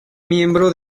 miembro